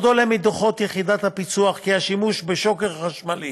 עוד עולה מדוחות יחידת הפיצו"ח כי השימוש בשוקר חשמלי